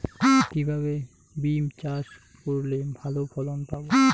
কিভাবে বিম চাষ করলে ভালো ফলন পাব?